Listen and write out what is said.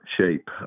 shape